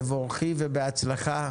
תבורכי, ובהצלחה.